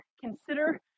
Consider